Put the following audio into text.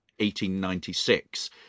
1896